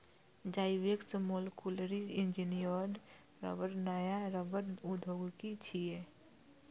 Zyvex molecularly engineered रबड़ नया रबड़ प्रौद्योगिकी छियै